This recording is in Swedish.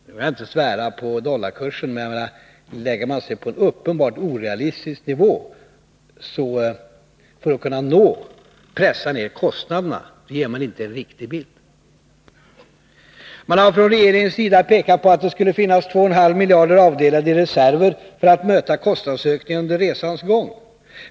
Nu vill jag inte svära på dollarkursen, men lägger man sig på en uppenbart orealistisk nivå för att kunna pressa ned de angivna kostnaderna, ger man inte en riktig bild. Man har från regeringens sida pekat på att det skulle finnas 2,5 miljarder avdelade i reserver för att möta kostnadsökningar under resans gång.